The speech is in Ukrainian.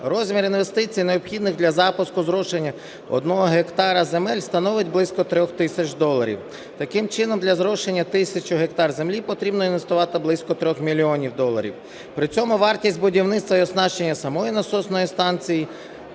Розмір інвестицій необхідних для запуску зрошення одного гектара земель становить близько 3 тисяч доларів. Таким чином для зрошення тисячу гектарів землі потрібно інвестувати близько 3 мільйонів доларів. При цьому вартість будівництва і оснащення самої насосної станції